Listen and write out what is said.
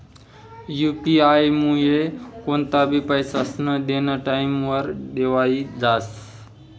UP आयमुये कोणतंबी पैसास्नं देनं टाईमवर देवाई जास